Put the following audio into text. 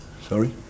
Sorry